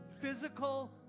Physical